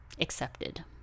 accepted